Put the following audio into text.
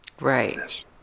right